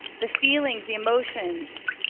the feelings, the emotions,